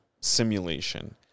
simulation